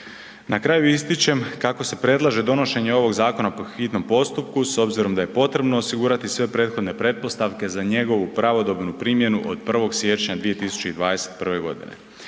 Na kraju ističem kako se predlaže donošenje ovog zakona po hitnom postupku s obzirom da je potrebno osigurati sve prethodne pretpostavke za njegovu pravodobnu primjenu od 1. siječnja 2021. godine.